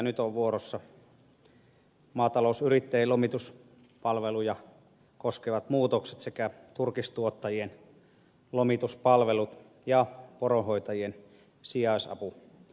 nyt ovat vuorossa maatalousyrittäjien lomituspalveluja koskevat muutokset sekä turkistuottajien lomituspalvelut ja poronhoita jien sijaisapukokeilulaki